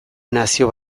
nazio